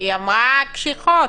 היא אמרה קשיחות.